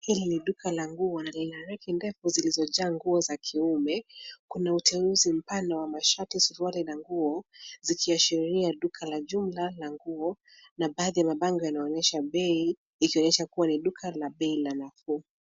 Hili ni duka la nguo na lina reki ndefu zilizojaa nguo za kiume. Kuna uteuzi mpana wa mashati, masuruali na nguo zikiashiria duka la jumla la nguo na baadhi ya mabango yanaonyesha bei ikionyesha kuwa ni duka la bei la.